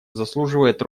заслуживает